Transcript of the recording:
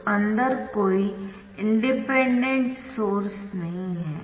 तो अंदर कोई इंडिपेंडेंट सोर्स नहीं है